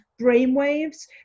brainwaves